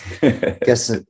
Guess